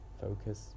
focus